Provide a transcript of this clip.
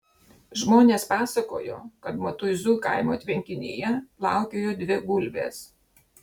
žmonės pasakojo kad matuizų kaimo tvenkinyje plaukiojo dvi gulbės